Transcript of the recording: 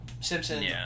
Simpsons